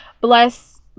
bless